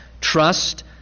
Trust